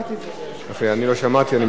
יפה, אני לא שמעתי, אני מתנצל.